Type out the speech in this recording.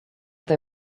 they